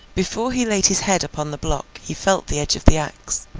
before he laid his head upon the block he felt the edge of the axe,